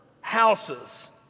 houses